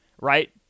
right